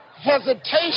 hesitation